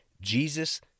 Jesus